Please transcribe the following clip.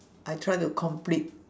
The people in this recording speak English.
I try to complete